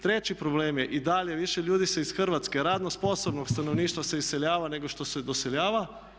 Treći problem je i dalje više ljudi se iz Hrvatske, radno sposobnog stanovništva se iseljava nego što se doseljava.